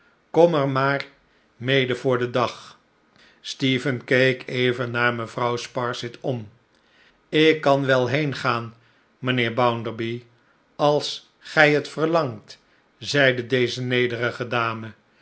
kom er maar mede voor den dag stephen keek even naar mevrouw sparsit om ik kan wel heengaan mijnheer bounderby als gij het verlangt zeide deze nederige dame